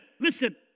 Listen